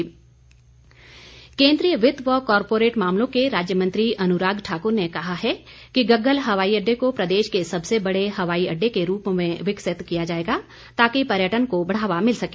अनुराग केन्द्रीय वित्त व कारपोरेट मामलों के राज्य मंत्री अनुराग ठाकुर ने कहा है कि गग्गल हवाई अड्डे को प्रदेश के सबसे बड़े हवाई अड्डे के रूप में विकसित किया जाएगा ताकि पर्यटन को बढ़ावा मिल सके